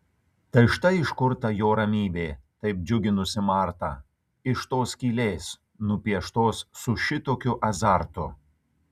tai štai iš kur ta jo ramybė taip džiuginusi martą iš tos skylės nupieštos su šitokiu azartu